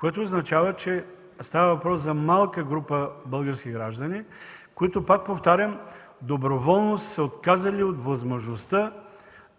Това означава, че става въпрос за малка група български граждани, които, пак повтарям, доброволно са се отказали от възможността